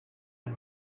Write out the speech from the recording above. and